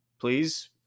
please